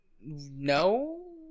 No